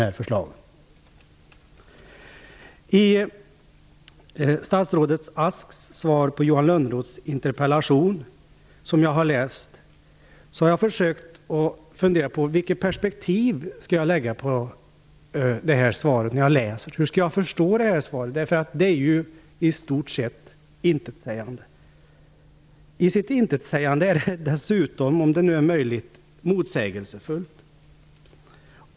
När jag har läst statsrådet Asks svar på Johan Lönnroths interpellation har jag funderat över vilket perspektiv jag skall lägga på svaret och hur jag skall förstå det. Svaret är ju i stort sett intetsägande. Dessutom är det, om det nu är möjligt, motsägelsefullt.